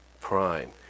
Prime